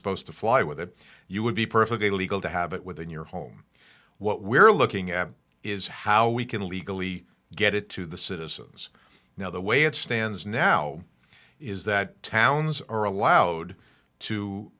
supposed to fly with it you would be perfectly legal to have it within your home what we're looking at is how we can legally get it to the citizens now the way it stands now is that towns are allowed to